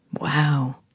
Wow